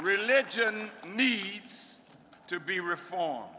religion needs to be reform